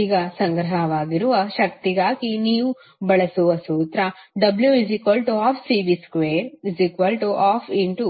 ಈಗ ಸಂಗ್ರಹವಾಗಿರುವ ಶಕ್ತಿಗಾಗಿ ನೀವು ಬಳಸುವ ಸೂತ್ರ w12Cv212310